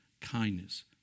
kindness